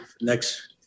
next